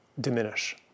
diminish